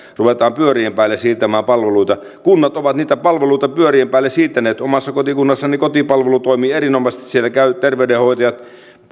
ruvetaan pyörien päälle siirtämään palveluita kunnat ovat niitä palveluita pyörien päälle siirtäneet omassa kotikunnassani kotipalvelu toimii erinomaisesti siellä käyvät terveydenhoitajat